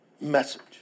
message